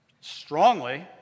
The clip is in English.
strongly